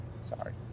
sorry